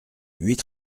huit